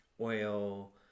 Oil